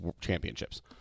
championships